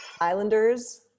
Islanders